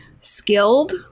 skilled